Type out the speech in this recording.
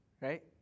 Right